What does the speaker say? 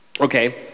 Okay